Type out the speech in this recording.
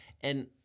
and-